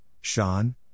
Sean